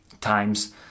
times